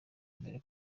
mbere